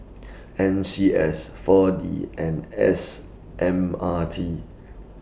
N C S four D and S M R T